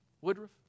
Woodruff